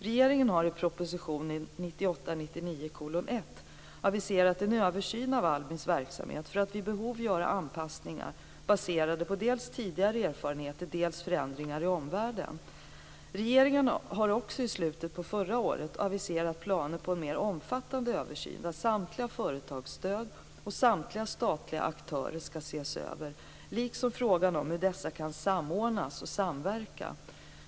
Regeringen har i proposition 1998/99:1 aviserat en översyn av ALMI:s verksamhet för att vid behov göra anpassningar baserade på dels tidigare erfarenheter, dels förändringar i omvärlden. Regeringen har också i slutet av förra året aviserat planer på en mer omfattande översyn där samtliga företagsstöd och statliga aktörer ses över, liksom frågan om hur dessa kan samordnas och samverka.